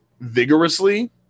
vigorously